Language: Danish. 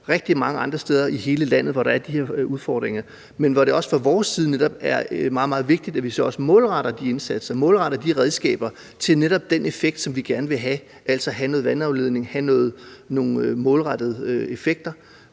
rigtig mange andre steder i hele landet, hvor der er de her udfordringer. Men fra vores side er det meget, meget vigtigt, at vi så også målretter de indsatser og redskaber til netop den effekt, som vi gerne vil have, altså at få noget vandafledning, få nogle målrettede effekter